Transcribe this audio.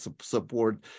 support